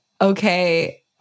okay